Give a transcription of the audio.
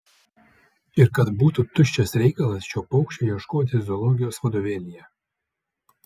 ir kad būtų tuščias reikalas šio paukščio ieškoti zoologijos vadovėlyje